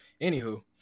anywho